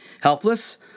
helpless